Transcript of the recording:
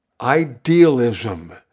idealism